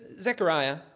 Zechariah